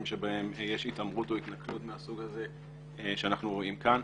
בהם יש התעמרות או התנכלות מהסוג הזה שאנחנו רואים כאן.